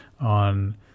on